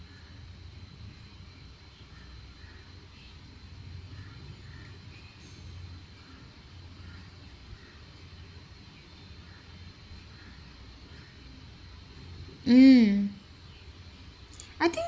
mm I think